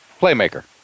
Playmaker